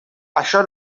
això